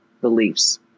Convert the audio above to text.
beliefs